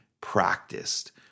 practiced